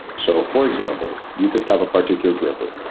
so for example, you picked out a particular gripper.